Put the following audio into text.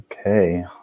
okay